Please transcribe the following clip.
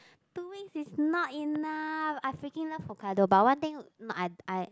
two weeks is not enough I freaking love Hokkaido but one thing not I I